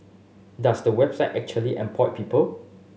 does the website actually employ people